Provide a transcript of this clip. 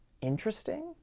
interesting